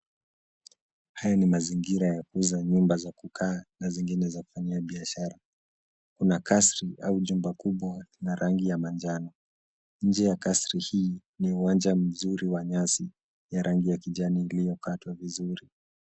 Haya ni mazingira ya kuuza nyumba za kukaa na zingine za kufanyia biashara. Kuna kasri au jumba kubwa la rangi ya manjano. Nje ya kasri hii, ni uwanja mzuri wa nyasi ya rangi ya kijani, iliyokatwa vizuri.